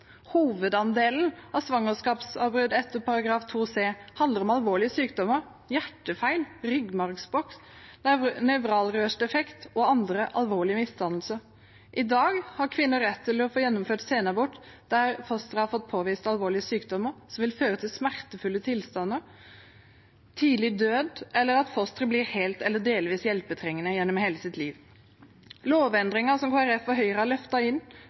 Hovedandelen av svangerskapsavbruddene etter § 2 c handler om alvorlige sykdommer, hjertefeil, ryggmargsbrokk, nevralrørsdefekt og andre alvorlige misdannelser. I dag har kvinner rett til å få gjennomført senabort når fosteret har fått påvist alvorlige sykdommer som vil føre til smertefulle tilstander, tidlig død eller at fosteret blir helt eller delvis hjelpetrengende gjennom hele sitt liv. Lovendringer som Kristelig Folkeparti og Høyre har løftet inn,